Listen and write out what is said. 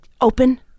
open